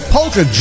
Polka